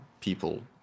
people